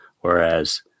Whereas